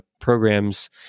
programs